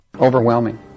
Overwhelming